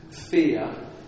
fear